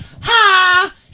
ha